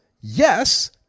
yes